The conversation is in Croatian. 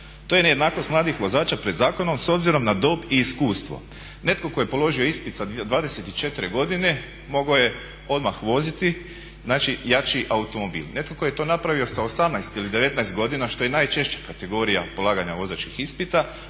To je nejednakost mladih vozača pred zakonom s obzirom na dob i iskustvo. Netko tko je položio ispit sa 24 godine mogao je odmah voziti jači automobil. Netko tko je to napravio sa 18 ili 19 godina, što je najčešća kategorija polaganja vozačkih ispita,